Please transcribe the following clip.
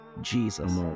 jesus